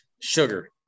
sugar